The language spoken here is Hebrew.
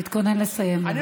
תתכונן לסיים, בבקשה.